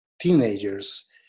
teenagers